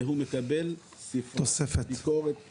והוא מקבל את ספרת הביקורת 1,